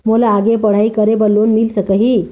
मोला आगे पढ़ई करे बर लोन मिल सकही?